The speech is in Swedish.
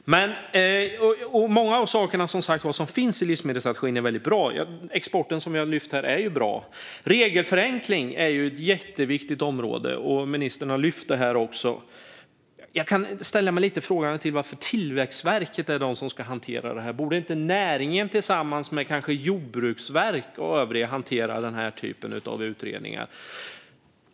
Många av de saker som finns i livsmedelsstrategin är väldigt bra. Exporten, som jag har lyft fram här, är bra. Regelförenkling är ett jätteviktigt område. Ministern har också lyft fram det här. Jag kan ställa mig lite frågande till varför Tillväxtverket är det som ska hantera det. Borde inte näringen tillsammans med kanske Jordbruksverket och övriga hantera den här typen av utredningar?